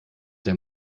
der